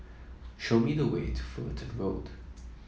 show me the way to Fullerton Road